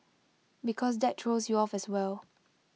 because that throws you off as well